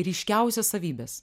ryškiausias savybes